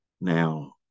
Now